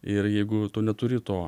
ir jeigu tu neturi to